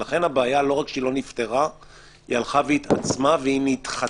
לכן הבעיה לא רק שלא נפתרה אלא היא הלכה והתעצמה והיא נדחתה.